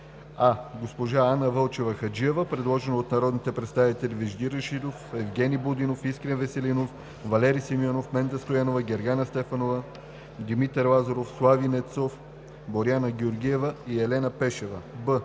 а) госпожа Анна Вълчева Хаджиева, предложена от народните представители Вежди Рашидов, Евгени Будинов, Искрен Веселинов, Валери Симеонов, Менда Стоянова, Гергана Стефанова, Димитър Лазаров, Слави Нецов, Боряна Георгиева и Елена Пешева; б)